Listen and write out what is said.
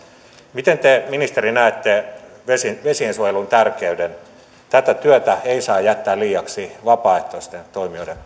miten te ministeri näette vesiensuojelun tärkeyden tätä työtä ei saa jättää liiaksi vapaaehtoisten toimijoiden